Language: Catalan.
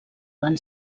van